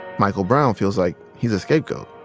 michael brown feels like he's a scapegoat.